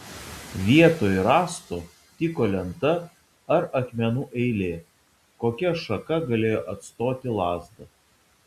vietoj rąsto tiko lenta ar akmenų eilė kokia šaka galėjo atstoti lazdą